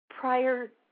prior